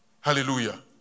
Hallelujah